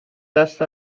دست